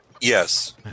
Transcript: Yes